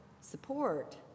support